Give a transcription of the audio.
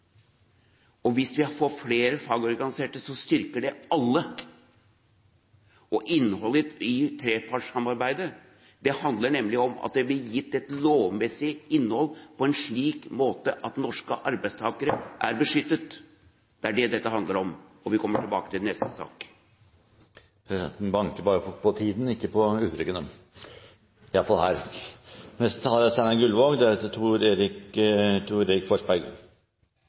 Hvis vi får flere fagorganiserte, styrker det alle. Innholdet i trepartssamarbeidet handler nemlig om at det ville gitt et lovmessig innhold på en slik måte at norske arbeidstakere er beskyttet. Det er det dette handler om, og vi kommer tilbake til det i neste sak. Presidenten banker bare på grunn av tiden, ikke for bruk av uttrykk – i hvert fall her. Representanten Steinar Gullvåg